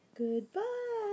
goodbye